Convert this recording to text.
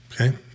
Okay